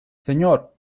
señor